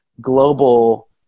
global